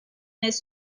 his